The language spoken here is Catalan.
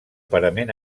parament